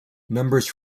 numbers